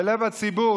בלב הציבור,